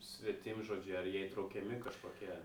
svetimžodžiai ar jie įtraukiami kažkokie